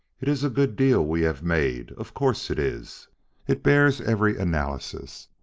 it is a good deal we have made of course it is it bears every analysis.